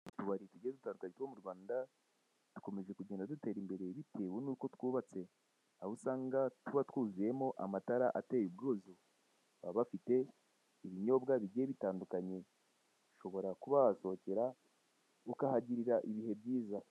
Utubari tugiye dutangaje two mu Rwanda dukomeje kugenda dutera imbere bitewe nuko twubatse, aho usanga tuba twuzuyemo amatara ateye ubwuzu, baba bafite ibinyobwa bigiye bitandukanye, ushobora kuba wahasokera ukahagirira ibihe byiza.